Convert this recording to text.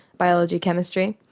biology, chemistry.